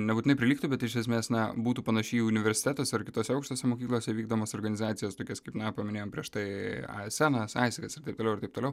nebūtinai prilygtų bet iš esmės na būtų panaši į universitetuose ar kitose aukštose mokyklose vykdomas organizacijas tokias kaip na paminėjom prieš tai aisanas aisekas ir taip toliau ir taip toliau